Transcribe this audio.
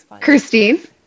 Christine